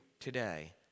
today